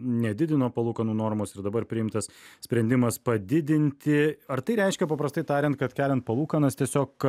nedidino palūkanų normos ir dabar priimtas sprendimas padidinti ar tai reiškia paprastai tariant kad keliant palūkanas tiesiog